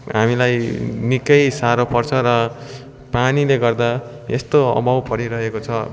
हामीलाई निक्कै साह्रो पर्छ र पानीले गर्दा यस्तो अभाव परिरहेको छ